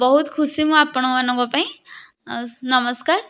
ବହୁତ ଖୁସି ମୁଁ ଆପଣମାନଙ୍କ ପାଇଁ ଆଉସ୍ ନମସ୍କାର